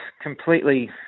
Completely